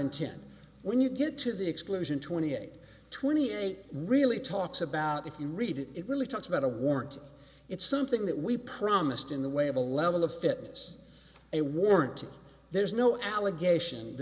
intent when you get to the exclusion twenty eight twenty eight really talks about if you read it really talks about a warrant it's something that we promised in the way of a level of fitness a warrant there's no allegation